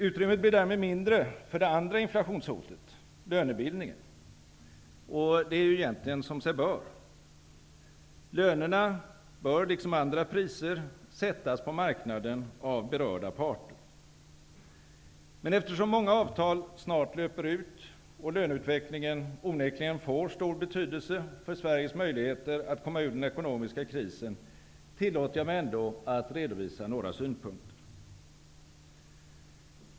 Utrymmet blir därmed mindre för det andra inflationshotet: lönebildningen. Det är ju egentligen som sig bör. Lönerna, liksom andra priser, bör sättas på marknaden av berörda parter. Men eftersom många avtal snart löper ut och löneutvecklingen onekligen får stor betydelse för Sveriges möjligheter att komma ur den ekonomiska krisen, tillåter jag mig ändå att redovisa några synpunkter.